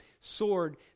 sword